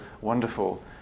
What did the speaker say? wonderful